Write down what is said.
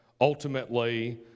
ultimately